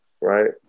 Right